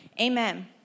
Amen